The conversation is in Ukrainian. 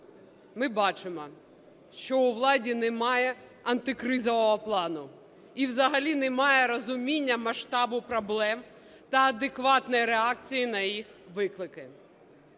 Ми бачимо, що у влади немає антикризового плану і взагалі немає розуміння масштабу проблем та адекватної реакції на їх виклики.